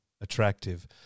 attractive